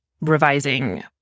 revising